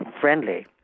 friendly